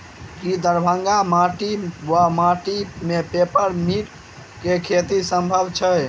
की दरभंगाक माटि वा माटि मे पेपर मिंट केँ खेती सम्भव छैक?